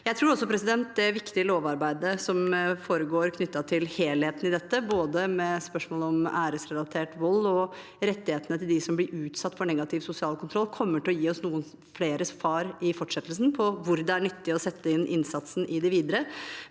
Jeg tror også at det viktige lovarbeidet som foregår knyttet til helheten i dette, både med spørsmålet om æresrelatert vold og rettighetene til dem som blir utsatt for negativ sosial kontroll, kommer til å gi oss noen flere svar i fortsettelsen med tanke på hvor det er nyttig å sette inn innsatsen i det videre.